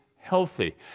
healthy